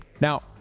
now